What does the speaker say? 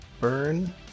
burn